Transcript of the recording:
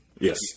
Yes